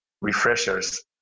refreshers